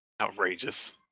Outrageous